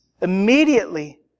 immediately